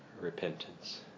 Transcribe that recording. repentance